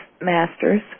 masters